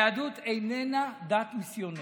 היהדות איננה דת מיסיונרית.